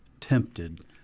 tempted